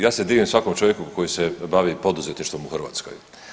Ja se divim svakom čovjeku koji se bavi poduzetništvom u Hrvatskoj.